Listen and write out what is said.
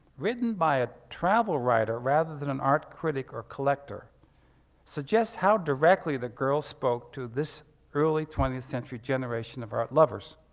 written by a travel writer, rather than an art critic or a collector suggests how directly the girl spoke to this early twentieth century generation of art lovers.